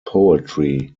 poetry